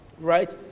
Right